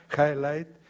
highlight